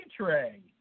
tray